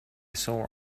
sore